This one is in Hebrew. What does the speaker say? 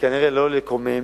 כנראה כדי שלא לקומם,